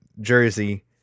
jersey